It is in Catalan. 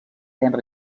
henry